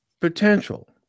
potential